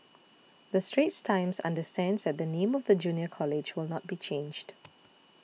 the Straits Times understands that the name of the Junior College will not be changed